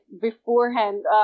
beforehand